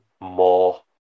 more